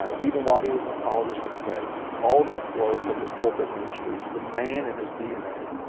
um even while he was an apologist for the faith, all that flowed from his pulpit-ministry, the man in his dna,